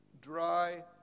dry